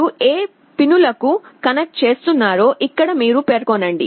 మీరు ఏ పిన్ లకు కనెక్ట్ చేస్తున్నారో ఇక్కడ మీరు పేర్కొనండి